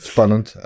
Spannend